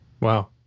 wow